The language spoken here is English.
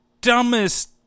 dumbest